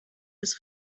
bis